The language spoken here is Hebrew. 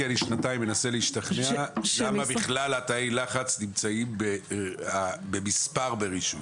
כי אני שנתיים מנסה להשתכנע למה בכלל תאי הלחץ נמצאים במספר ברישוי.